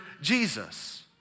Jesus